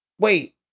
Wait